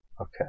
Okay